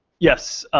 yes,